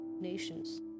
nations